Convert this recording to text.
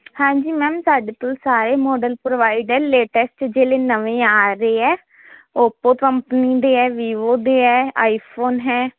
ਹਾਂਜੀ ਮੈਮ ਸਾਡੇ ਕੋਲ ਸਾਰੇ ਮਾਡਲ ਪ੍ਰੋਵਾਈਡ ਲੇਟੈਸਟ ਜਿਹੜੇ ਨਵੇਂ ਆ ਰਹੇ ਹੈ ਓਪੋ ਕੰਪਨੀ ਦੇ ਹੈ ਵੀਵੋ ਦੇ ਹੈ ਆਈਫੋਨ ਹੈ